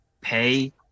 pay